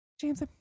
James